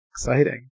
exciting